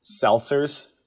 seltzers